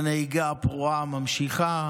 הנהיגה הפרועה נמשכת,